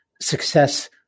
success